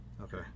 Okay